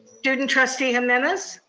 student trustee jimenez?